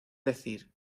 decir